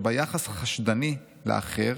שבה יחס חשדני לאחר